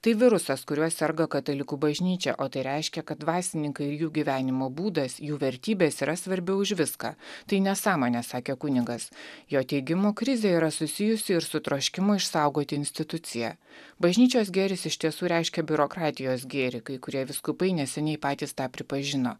tai virusas kuriuo serga katalikų bažnyčia o tai reiškia kad dvasininkai ir jų gyvenimo būdas jų vertybės yra svarbiau už viską tai nesąmonė sakė kunigas jo teigimu krizė yra susijusi ir su troškimu išsaugot instituciją bažnyčios gėris iš tiesų reiškia biurokratijos gėrį kai kurie vyskupai neseniai patys tą pripažino